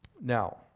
Now